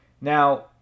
Now